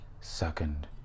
second